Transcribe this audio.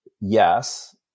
yes